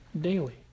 daily